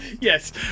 Yes